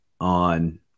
on